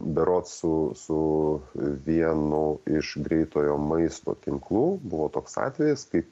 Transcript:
berods su su vienu iš greitojo maisto tinklų buvo toks atvejis kai